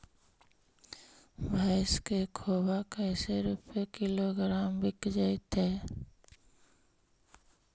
भैस के खोबा कैसे रूपये किलोग्राम बिक जइतै?